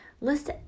list